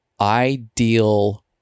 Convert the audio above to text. ideal